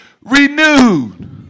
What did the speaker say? renewed